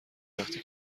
وقتی